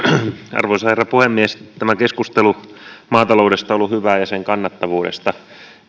arvoisa herra puhemies tämä keskustelu maataloudesta ja sen kannattavuudesta